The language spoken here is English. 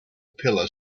pillar